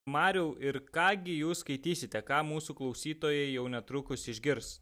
mariau ir ką gi jūs skaitysite ką mūsų klausytojai jau netrukus išgirs